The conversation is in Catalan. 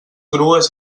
grues